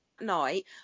night